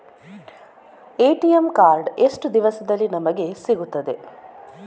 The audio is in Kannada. ಎ.ಟಿ.ಎಂ ಕಾರ್ಡ್ ಎಷ್ಟು ದಿವಸದಲ್ಲಿ ನಮಗೆ ಸಿಗುತ್ತದೆ?